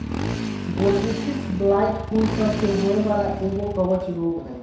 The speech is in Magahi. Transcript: बोट्रिटिस ब्लाइट फूल सभ के होय वला एगो कवक रोग हइ